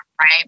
right